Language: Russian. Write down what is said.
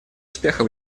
успеха